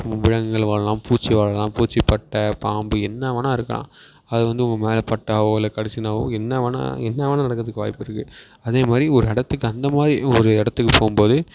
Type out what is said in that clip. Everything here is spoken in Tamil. விலங்குகள் வாழலாம் பூச்சி வாழலாம் பூச்சி பட்டை பாம்பு என்ன வேணால் இருக்கலாம் அது வந்து உன் மேல் பட்டாலோ இல்ல கடிச்சுன்னாவோ என்ன வேணால் என்ன வேணால் நடக்குறதுக்கு வாய்ப்பு இருக்குது அதே மாதிரி ஒரு இடத்துக்கு அந்த மாதிரி ஒரு இடத்துக்கு போகும்போது